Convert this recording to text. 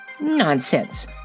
Nonsense